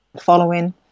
following